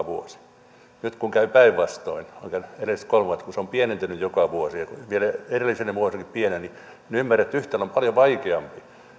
vuosi nyt kun käy päinvastoin edelliset kolme vuotta kun se on pienentynyt joka vuosi vielä edellisinä vuosinakin pieneni niin ymmärrätte että yhtälö on paljon vaikeampi